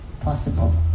possible